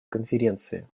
конференции